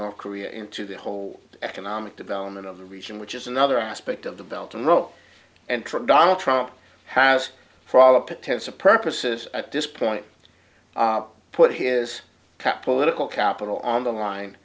north korea into the whole economic development of the region which is another aspect of the belt and row and trim donald trump has for all the protests of purposes at this point put his cap political capital on the line